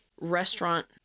restaurant